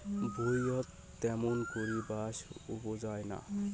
ভুঁইয়ত ত্যামুন করি বাঁশ উবজায় না